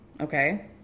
okay